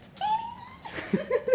skinny